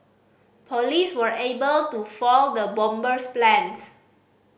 police were able to foil the bomber's plans